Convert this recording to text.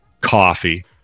coffee